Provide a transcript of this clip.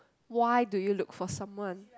why do you look for someone